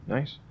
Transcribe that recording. Nice